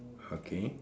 okay